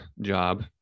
job